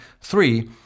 three